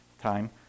time